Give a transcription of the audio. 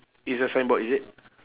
it's a signboard is it